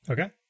Okay